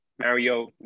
Mario